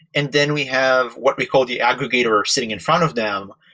and then we have what we call the aggregator sitting in front of them,